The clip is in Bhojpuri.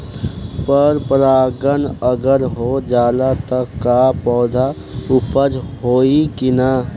पर परागण अगर हो जाला त का पौधा उपज होई की ना?